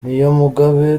niyomugabo